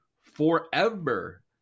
forever